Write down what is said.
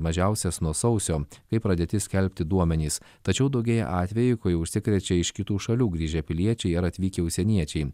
mažiausias nuo sausio kai pradėti skelbti duomenys tačiau daugėja atvejų kai užsikrečia iš kitų šalių grįžę piliečiai ar atvykę užsieniečiai